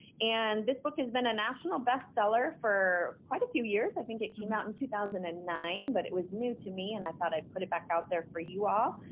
and, this book has been a national bestseller for quite a few years. i think it came out in two thousand and nine, but it was new to me and i thought i'd put it back out there for you all.